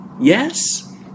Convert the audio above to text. Yes